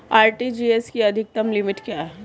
RTGS की अधिकतम limit क्या है?